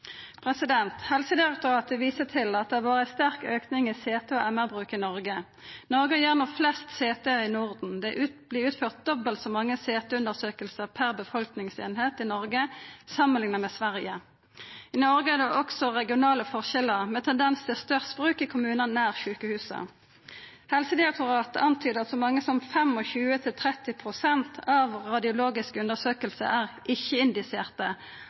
Helsedirektoratet viser til at det har vore ein sterk auke i CT- og MR-bruk i Noreg. Noreg gjer no flest CT i Norden. Det vert utført dobbelt så mange CT-undersøkingar per befolkningseining i Noreg samanlikna med Sverige. I Noreg er det også regionale forskjellar med tendens til størst bruk i kommunar nær sjukehusa. Helsedirektoratet antydar at så mange som 25–30 pst. av radiologiske undersøkingar er ikkje-indiserte, altså at resultatet av undersøkingane ikkje